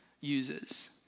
uses